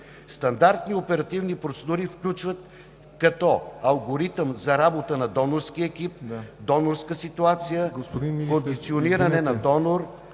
Стандартни оперативни процедури включват, като алгоритъм за работа на донорския екип, донорска ситуация, позициониране на донор,